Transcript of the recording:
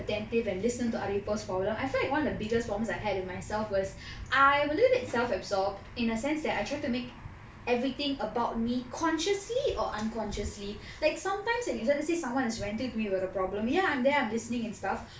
attentive and listen to other people's problem I feel like one of the biggest problems I had with myself was I'm a little bit self absorbed in a sense that I tried to make everything about me consciously or unconsciously like sometimes and you try to say someone is ranting to you at a problem ya I'm there I'm listening and stuff